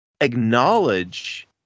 acknowledge